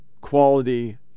quality